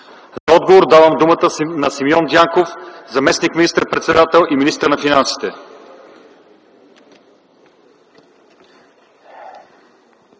За отговор давам думата на Симеон Дянков, заместник министър-председател и министър на финансите.